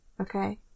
Okay